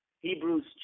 Hebrews